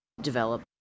develop